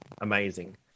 amazing